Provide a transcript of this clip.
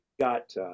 got